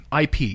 IP